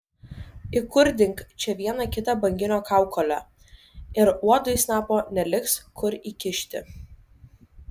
įkurdink čia vieną kitą banginio kaukolę ir uodui snapo neliks kur įkišti